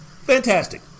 fantastic